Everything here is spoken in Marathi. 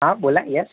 हां बोला यस